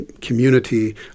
community